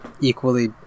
equally